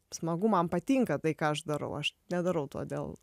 smagu man patinka tai ką aš darau aš nedarau to dėl